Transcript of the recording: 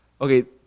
Okay